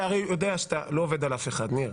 אתה הרי יודע שאתה לא עובד על אף אחד, ניר.